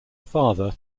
father